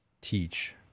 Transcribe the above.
teach